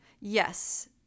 yes